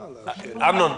אני חוזר על